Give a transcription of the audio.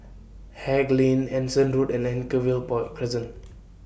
Haig Lane Anson Road and Anchorvale Crescent